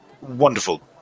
Wonderful